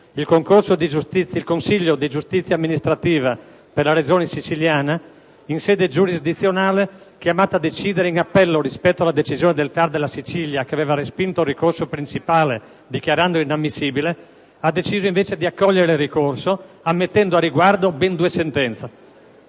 il Consiglio di giustizia amministrativa per la Regione Siciliana, in sede giurisdizionale, chiamato a decidere in appello rispetto alla decisione del TAR della Sicilia, che aveva respinto il ricorso principale dichiarandolo inammissibile, ha deciso invece di accogliere il ricorso, emettendo al riguardo ben due sentenze.